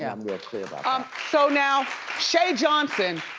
i'm real clear but um so now shay johnson,